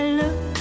look